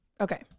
Okay